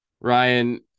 Ryan